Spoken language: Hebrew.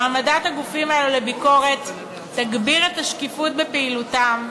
העמדת הגופים האלה לביקורת תגביר את השקיפות בפעילותם,